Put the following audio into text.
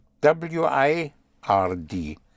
W-I-R-D